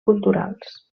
culturals